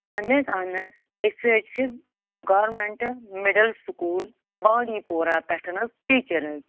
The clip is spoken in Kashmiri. اہن حظ اہن حظ أسۍ حظ چھِ government middle school Bandipora پٮ۪ٹھ حظ ٹیٖچَر حظ